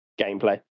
gameplay